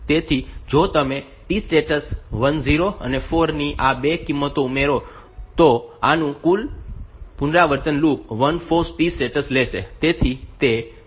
તેથી જો તમે T સ્ટેટ્સ 10 અને 4 ની આ બે કિંમતો ઉમેરો તો આનું કુલ એક પુનરાવર્તન લૂપ 14 T સ્ટેટ્સ લેશે